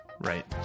Right